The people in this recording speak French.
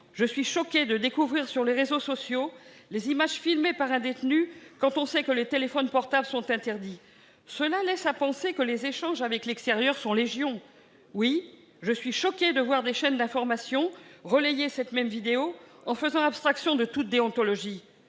je suis choquée de découvrir sur les réseaux sociaux les images filmées par un détenu, alors que les téléphones portables sont interdits en détention ! Cela laisse à penser que les échanges avec l'extérieur sont légion. Oui, je suis choquée de voir des chaînes d'information relayer cette même vidéo en faisant abstraction de toute déontologie